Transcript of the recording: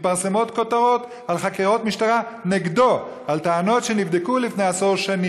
מתפרסמות כותרות על חקירה משטרה נגדו בטענות שנבדקו לפני עשור.